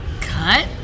Cut